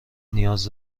نیاز